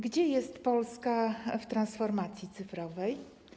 Gdzie jest Polska w transformacji cyfrowej?